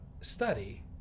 study